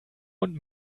und